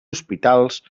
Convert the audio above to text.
hospitals